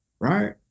Right